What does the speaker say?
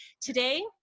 today